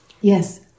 Yes